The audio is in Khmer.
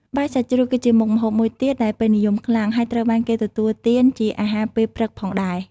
បាយសាច់ជ្រូក គឺជាមុខម្ហូបមួយទៀតដែលពេញនិយមខ្លាំង ហើយត្រូវបានគេទទួលទានជាអាហារពេលព្រឹកផងដែរ។